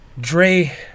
Dre